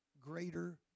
greater